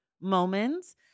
moments